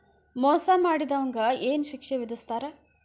ಮೋಸಾ ಮಾಡಿದವ್ಗ ಏನ್ ಶಿಕ್ಷೆ ವಿಧಸ್ತಾರ?